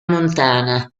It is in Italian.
montana